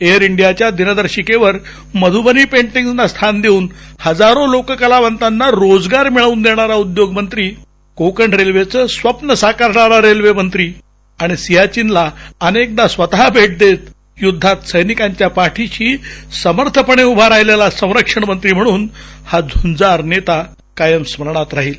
air इंडियाच्या दिनदिर्शिकेवर मधूबनी पेंटिग्जना स्थान देऊन हजारो लोककलावंतांना रोजगार मिळवून देणारा उद्योगमंत्री कोकण रेल्वेचं स्वप्न साकारणारा रेल्वेमंत्री आणि सियाचिनला अनेकदा स्वतः भेट देत युद्वात सैनिकांच्या पाठीशी समर्थपणे उभा राहिलेला संरक्षणमंत्री म्हणून हा झूंजार नेता कायम स्मरणात राहिल